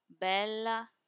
bella